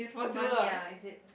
money ah is it